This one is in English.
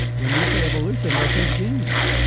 when you say evolution, they think genes.